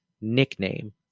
nickname